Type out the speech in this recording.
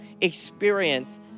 experience